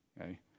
okay